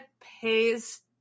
pays